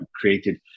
created